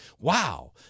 Wow